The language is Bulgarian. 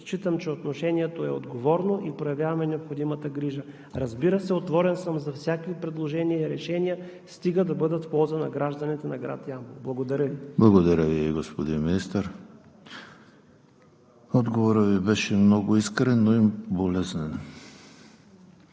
Считам, че отношението е отговорно и проявяваме необходимата грижа. Разбира се, отворен съм за всякакви предложения и решения, стига да бъдат в полза на гражданите на град Ямбол. Благодаря Ви. ПРЕДСЕДАТЕЛ ЕМИЛ ХРИСТОВ: Благодаря Ви, господин Министър. Отговорът Ви беше много искрен, но и болезнен.